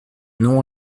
non